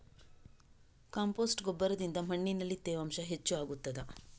Compost ಗೊಬ್ಬರದಿಂದ ಮಣ್ಣಿನಲ್ಲಿ ತೇವಾಂಶ ಹೆಚ್ಚು ಆಗುತ್ತದಾ?